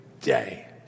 day